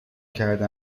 کرده